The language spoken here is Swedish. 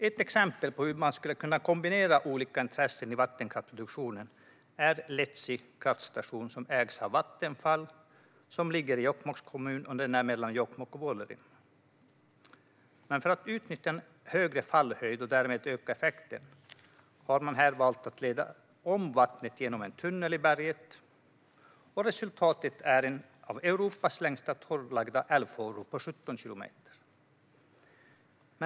Ett exempel på hur man skulle kunna kombinera olika intressen i vattenkraftsproduktion är Letsi kraftstation, som ägs av Vattenfall och ligger i Jokkmokks kommun mellan Jokkmokk och Vuollerim. För att utnyttja en högre fallhöjd och därmed öka effekten har man här valt att leda om vattnet genom en tunnel i berget. Resultatet är en av Europas längsta torrlagda älvfåror, på 17 kilometer.